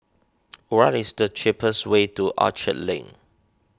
what is the cheapest way to Orchard Link